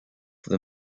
the